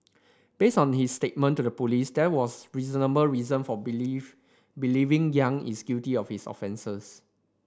based on his statement to the police there was reasonable reason for believe believing Yang is guilty of his offences